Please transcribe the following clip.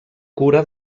cura